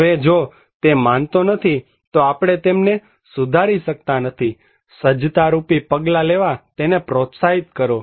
હવે જો તે માનતો નથી તો આપણે તેમને સુધારી શકતા નથી સજ્જતા રૂપી પગલાં લેવા તેને પ્રોત્સાહિત કરો